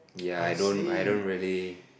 yeah I don't I don't really